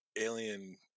alien